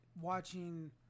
watching